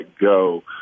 go